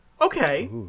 Okay